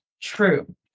true